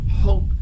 hope